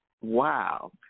Wow